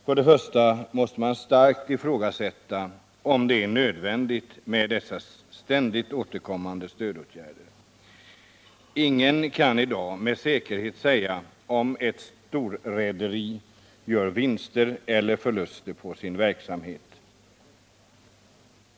Först och främst måste man starkt ifrågasätta om det är nödvändigt med dessa ständigt återkommande stödåtgärder. Ingen kan i dag med säkerhet säga om ett storrederi gör vinster eller förluster på sin verksamhet.